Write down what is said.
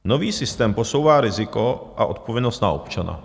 Nový systém posouvá riziko a odpovědnost na občana.